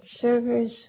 servers